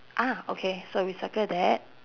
ah okay so we circle that